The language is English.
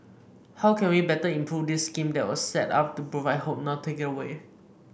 how can we better improve this scheme that was set up to provide hope not take it away